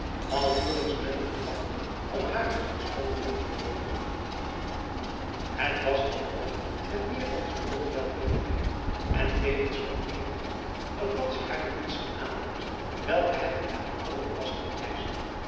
alvorens men er om dacht om haar als een schoon beeld te bewonderen het was dan ook met meer dan gewone welwillendheid en tevens met eerbied dat madzy haar de diensten aanbood welke het in haar vermogen was te bewijzen